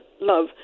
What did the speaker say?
love